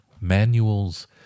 Manuals